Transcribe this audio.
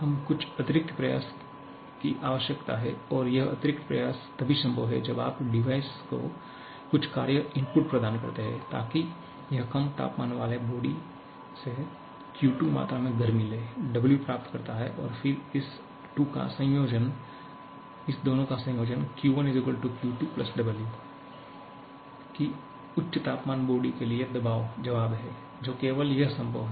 हमें कुछ अतिरिक्त प्रयास की आवश्यकता है और यह अतिरिक्त प्रयास तभी संभव है जब आप डिवाइस को कुछ कार्य इनपुट प्रदान करते हैं ताकि यह कम तापमान वाले बॉडी से Q2 मात्रा में गर्मी ले Wप्राप्त करता है और फिर इस 2 का संयोजन Q1 Q2 W कि उच्च तापमान बॉडी के लिए जवाब है तो केवल यह संभव है